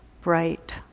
bright